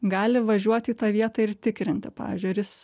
gali važiuot į tą vietą ir tikrinti pavyzdžiui ar jis